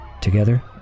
Together